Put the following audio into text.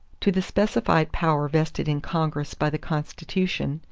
to the specified power vested in congress by the constitution,